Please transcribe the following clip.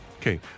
Okay